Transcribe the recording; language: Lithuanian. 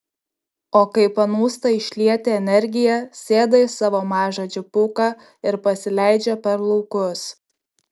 o kai panūsta išlieti energiją sėda į savo mažą džipuką ir pasileidžia per laukus